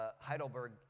Heidelberg